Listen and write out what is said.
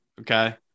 Okay